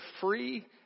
free